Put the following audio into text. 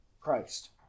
Christ